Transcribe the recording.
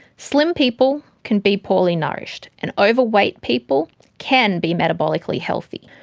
slim people can be poorly nourished, and overweight people can be metabolically healthy.